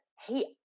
Hey